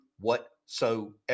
whatsoever